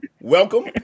Welcome